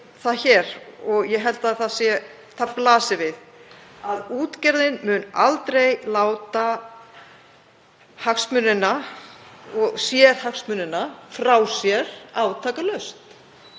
það bara hér, og ég held að það blasi við, að útgerðin mun aldrei láta hagsmunina, sérhagsmunina, frá sér átakalaust.